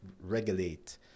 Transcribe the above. regulate